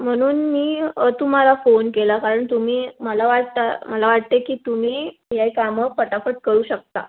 म्हणून मी तुम्हाला फोन केला कारण तुम्ही मला वाटता मला वाटते की तुम्ही हे कामं फटाफट करू शकता